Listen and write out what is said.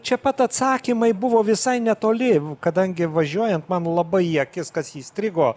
čia pat atsakymai buvo visai netoli kadangi važiuojant man labai į akis kas įstrigo